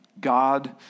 God